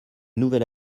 nouvelle